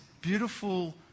beautiful